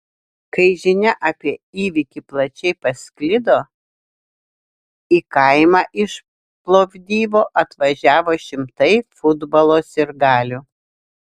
kai žinia apie įvykį plačiai pasklido į kaimą iš plovdivo atvažiavo šimtai futbolo sirgalių